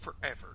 forever